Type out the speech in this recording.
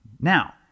Now